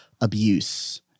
abuse